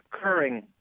occurring